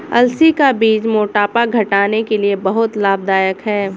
अलसी का बीज मोटापा घटाने के लिए बहुत लाभदायक है